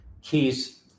keys